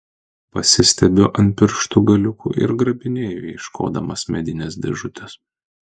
pasistiebiu ant pirštų galiukų ir grabinėju ieškodamas medinės dėžutės